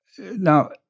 Now